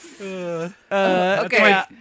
Okay